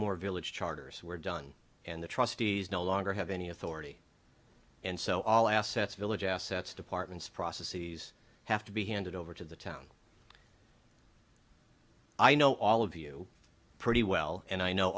more village charters were done and the trustees no longer have any authority and so all assets village assets departments process these have to be handed over to the town i know all of you pretty well and i know